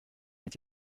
est